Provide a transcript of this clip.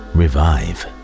revive